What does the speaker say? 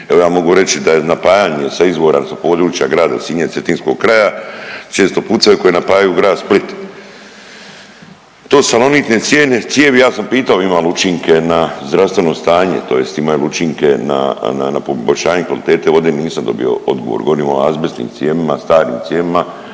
Evo ja mogu reći da je napajanje sa izvora sa područja grada Sinja i Cetinskog kraja često pucaju koja napajaju grad Split. To su salonitne cijevi, ja sam pitao ima li učinke na zdravstveno stanje tj. imaju li učinke na, na poboljšanje kvalitete vode, nisam dobio odgovor, govorim o azbestnim cijevima, starim cijevima